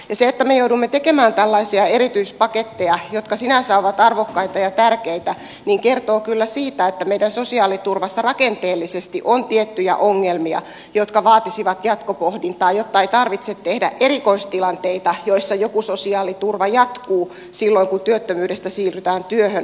se että me joudumme tekemään tällaisia erityispaketteja jotka sinänsä ovat arvokkaita ja tärkeitä kertoo kyllä siitä että meidän sosiaaliturvassamme rakenteellisesti on tiettyjä ongelmia jotka vaatisivat jatkopohdintaa jotta ei tarvitse tehdä erikoistilanteita joissa joku sosiaaliturva jatkuu silloin kun työttömyydestä siirrytään työhön